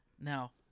now